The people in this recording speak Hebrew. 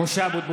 מזכיר הכנסת דן